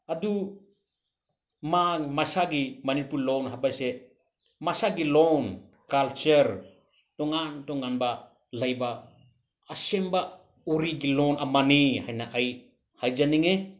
ꯑꯗꯨ ꯃꯥ ꯃꯁꯥꯒꯤ ꯃꯅꯤꯄꯨꯔ ꯂꯣꯟ ꯍꯥꯏꯕꯁꯦ ꯃꯁꯥꯒꯤ ꯂꯣꯟ ꯀꯜꯆꯔ ꯇꯣꯉꯥꯟ ꯇꯣꯉꯥꯟꯕ ꯂꯩꯕ ꯑꯁꯦꯡꯕ ꯑꯣꯔꯤꯒꯤ ꯂꯣꯜ ꯑꯃꯅꯤ ꯍꯥꯏꯅ ꯑꯩ ꯍꯥꯏꯖꯅꯤꯡꯉꯤ